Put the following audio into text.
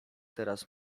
teraz